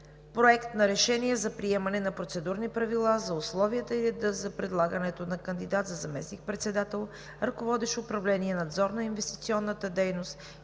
Проект на решение за приемане на Процедурни правила за условията и реда за предлагането на кандидат за заместник-председател, ръководещ управление „Надзор на инвестиционната дейност“,